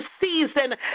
season